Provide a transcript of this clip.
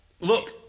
Look